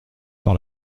par